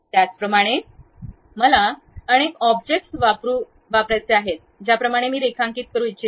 त्याचप्रमाणे मला अनेक ऑब्जेक्ट्स वापरू इच्छित आहेत ज्या प्रमाणे मी रेखांकित करू इच्छित आहे